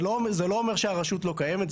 זה לא אומר שהרשות לא קיימת.